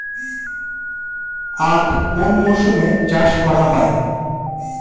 আখ কোন মরশুমে চাষ করা হয়?